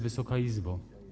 Wysoka Izbo!